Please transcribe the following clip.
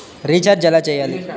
Recharge ఎలా చెయ్యాలి?